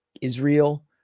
Israel